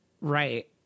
Right